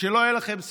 שלא יהיה לכם ספק,